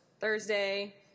Thursday